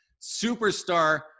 superstar